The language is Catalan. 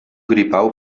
gripau